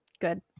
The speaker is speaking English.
good